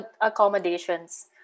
accommodations